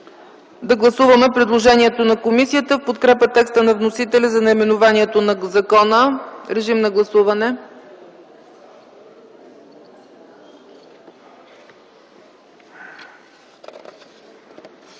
Да гласуваме предложението на комисията в подкрепа текста на вносителя за наименованието на закона. Гласували